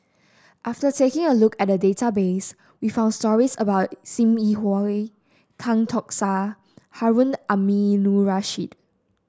after taking a look at the database we found stories about Sim Yi Hui Tan Tock San Harun Aminurrashid